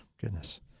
Goodness